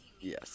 Yes